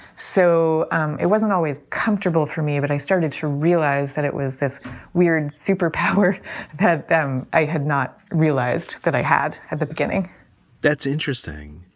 so um it wasn't always comfortable for me. but i started to realize that it was this weird superpower had have them. i had not realized that i had had the beginning that's interesting.